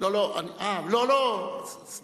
עשרות אנשים חוזרים הביתה בשלום, רק